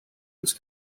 this